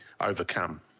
overcome